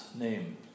name